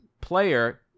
player